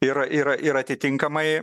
ir ir ir atitinkamai